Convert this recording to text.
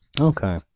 Okay